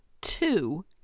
two